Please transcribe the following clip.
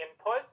input